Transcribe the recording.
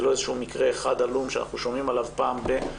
זה לא איזשהו מקרה אחד עלום שאנחנו שומעים עליו פעם בזמן מה.